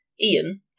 ian